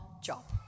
job